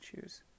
choose